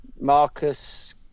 Marcus